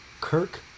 Kirk